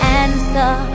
answer